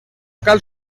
cal